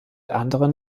anderen